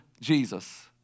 Jesus